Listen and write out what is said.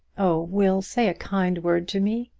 oh, will, say a kind word to me!